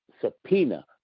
subpoena